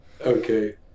okay